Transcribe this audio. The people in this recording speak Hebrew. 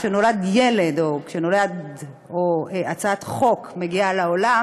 כשנולד ילד או כשהצעת חוק מגיעה לעולם,